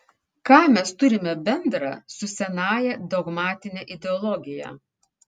ką mes turime bendra su senąja dogmatine ideologija